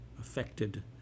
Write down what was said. affected